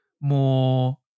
more